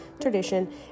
tradition